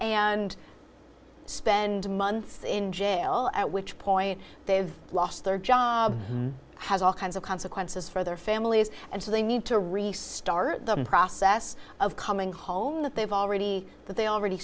and spend months in jail at which point they have lost their job has all kinds of consequences for their families and so they need to restart the process of coming home that they've already that they already